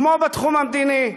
כמו בתחום המדיני,